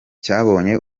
cyabonye